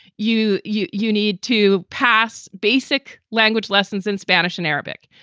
you you you need to pass basic language lessons in spanish and arabic.